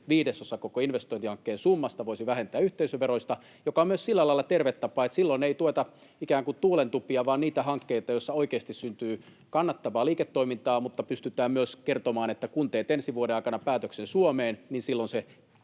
viidesosa koko investointihankkeen summasta, sen voisi vähentää yhteisöveroista, mikä on myös sillä lailla terve tapa, että silloin ei tueta ikään kuin tuulentupia vaan niitä hankkeita, joissa oikeasti syntyy kannattavaa liiketoimintaa, mutta pystytään myös kertomaan, että kun teet ensi vuoden aikana päätöksen Suomeen, niin silloin